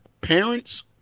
parents